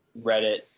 Reddit